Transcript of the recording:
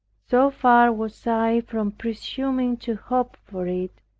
so far was i from presuming to hope for it,